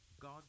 God